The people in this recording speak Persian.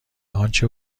آنچه